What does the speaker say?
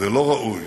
ולא ראוי